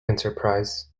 enterprise